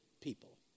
people